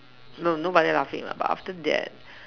no nobody laughing err but after that